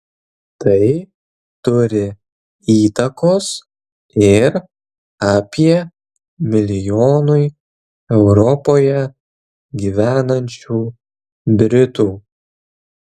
tai turi įtakos ir apie milijonui europoje gyvenančių britų